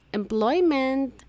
employment